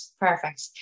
Perfect